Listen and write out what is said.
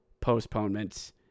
postponements